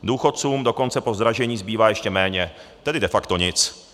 Důchodcům dokonce po zdražení zbývá ještě méně, tedy de facto nic.